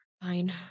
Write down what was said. Fine